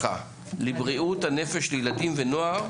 בריאות ורווחה לבריאות הנפש לילדים ונוער.